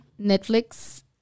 Netflix